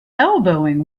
elbowing